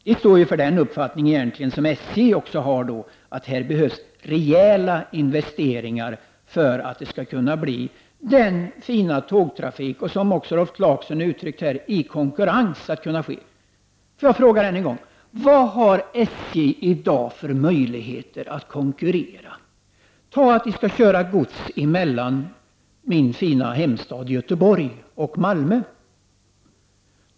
De står bakom den uppfattning som också SJ har, nämligen att det behövs rejäla investeringar för att det skall kunna bli den fina tågtrafik i konkurrens, vilket Rolf Clarkson också har uttryckt här, som vi vill ha. Jag vill än en gång fråga: Vilka möjligheter har SJ i dag att konkurrera? Jag kan som exempel ta att gods skall köras från min fina hemstad Göteborg till Malmö.